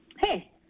Hey